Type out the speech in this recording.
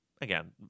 Again